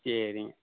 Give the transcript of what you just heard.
சரிங்க